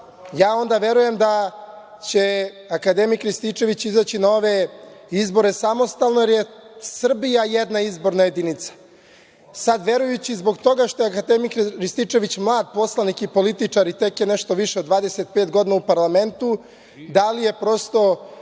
ja onda verujem da će akademik Rističević izaći na ove izbore samostalno, jer je Srbija jedna izborna jedinica. Sada verujući zbog toga što je akademik Rističević mlad poslanik i političar i tek je nešto više od 25 godina u parlamentu, da li je prosto